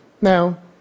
Now